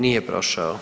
Nije prošao.